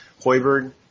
Hoiberg